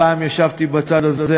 פעם ישבתי בצד הזה,